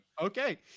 Okay